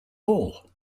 all